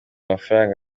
amafaranga